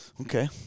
Okay